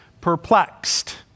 perplexed